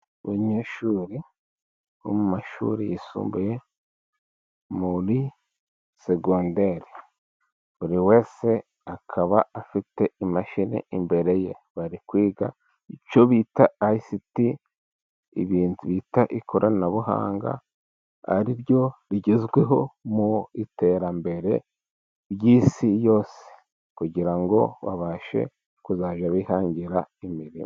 Abanyeshuri bo mu mashuri yisumbuye muri segonderi. Buri wese akaba afite imashini imbere ye. Bari kwiga icyo bita Ayisiti, ibintu bita ikoranabuhanga, ari ryo rigezweho mu iterambere ry'isi yose kugira ngo babashe kuzajya bihangira imirimo.